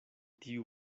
tiu